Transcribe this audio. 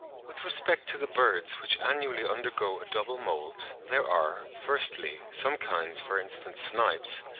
with respect to the birds which annually undergo a double moult, there are, firstly, some kinds, for instance snipes,